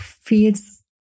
Feels